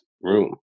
room